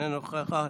אינה נוכחת,